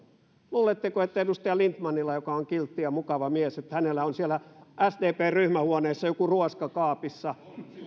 luuletteko että edustaja lindtmanilla joka on kiltti ja mukava mies on siellä sdpn ryhmähuoneessa joku ruoska kaapissa